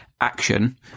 action